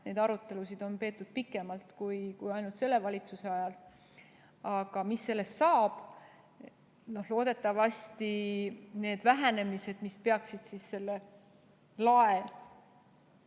Neid arutelusid on peetud pikemalt kui ainult selle valitsuse ajal. Aga mis sellest saab? Loodetavasti need vähenemised, mis peaksid selle lae